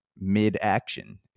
mid-action